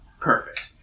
perfect